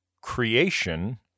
creation